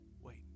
wait